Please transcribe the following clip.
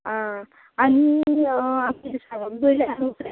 आं आनी मिरसांगो वयल्यान लूट रे